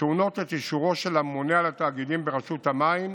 טעונות את אישורו של הממונה על התאגידים ברשות המים,